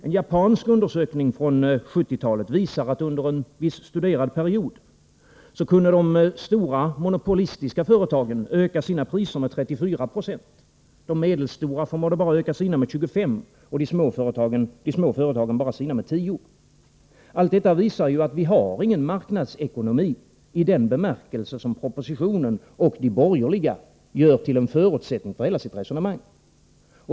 En japansk undersökning från 1970-talet visar att de monopolistiska företagen under en viss studerad period kunde höja sina priser med 34 90. De medelstora företagen förmådde höja priserna med 25 20 och de små företagen med bara 10 96. Allt detta visar ju att vi inte har någon marknadsekonomi i den bemärkelse som regeringen i propositionen och de borgerliga gör till en förutsättning för hela sitt resonemang.